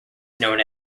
known